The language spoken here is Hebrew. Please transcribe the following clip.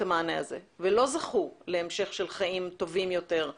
המענה הזה ולא זכו להמשך חיים טובים יותר?